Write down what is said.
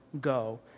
go